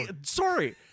Sorry